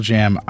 Jam